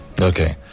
Okay